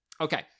Okay